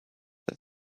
that